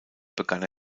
begann